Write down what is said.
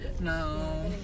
No